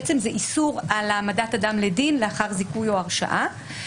בעצם זה איסור על העמדת אדם לדין לאחר זיכויו או הרשעה.